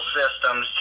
systems